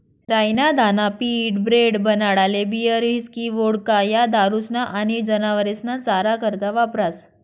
राई ना दाना पीठ, ब्रेड, बनाडाले बीयर, हिस्की, वोडका, या दारुस्मा आनी जनावरेस्ना चारा करता वापरास